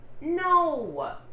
No